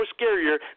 scarier